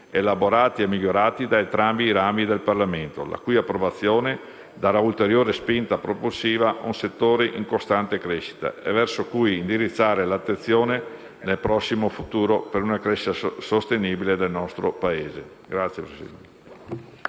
elaborati e migliorati da entrambi i rami del Parlamento, la cui approvazione darà ulteriore spinta propulsiva ad un settore in costante crescita e verso cui indirizzare l'attenzione nel prossimo futuro per una crescita sostenibile del nostro Paese.